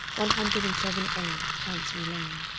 one hundred and seven a, chancery lane.